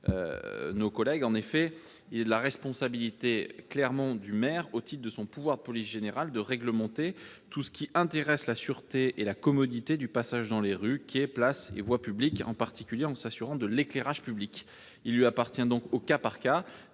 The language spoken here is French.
pas l'objectif. Il est de la responsabilité du maire, au titre de son pouvoir de police générale, de réglementer tout ce qui intéresse la sûreté et la commodité du passage dans les rues, quais, places et voies publiques, en particulier en s'assurant de l'éclairage public. Il lui appartient donc, au cas par cas,